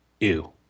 ew